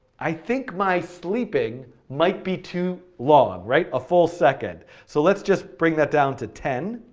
i think my sleeping might be too long, right, a full second. so let's just bring that down to ten,